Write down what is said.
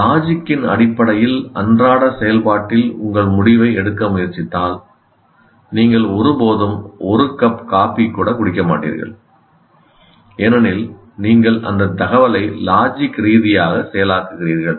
logic ன் அடிப்படையில் அன்றாட செயல்பாட்டில் உங்கள் முடிவை எடுக்க முயற்சித்தால் நீங்கள் ஒருபோதும் ஒரு கப் காபி கூட குடிக்க மாட்டீர்கள் ஏனெனில் நீங்கள் அந்த தகவலை லாஜிக் ரீதியாக செயலாக்குகிறீர்கள்